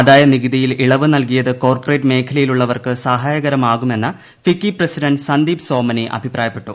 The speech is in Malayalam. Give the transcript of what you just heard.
ആദായ നികുതിയിൽ ഇളവ് നൽകിയത് കോർപ്പറേറ്റ് മേഖലയിലുള്ളവർക്ക് സഹായകരമാകുമെന്ന് ഫിക്കി പ്രസിഡന്റ് സന്ദീപ് സോമനി അഭിപ്രായപ്പെട്ടു